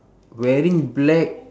wearing black